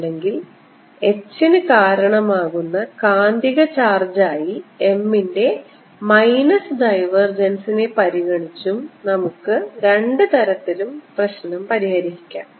അല്ലെങ്കിൽ h ന് കാരണമാകുന്ന കാന്തിക ചാർജ് ആയി m ൻറെ മൈനസ് ഡൈവർജൻസിനെ പരിഗണിച്ചും നമുക്ക് രണ്ട് തരത്തിലും പ്രശ്നം പരിഹരിക്കാം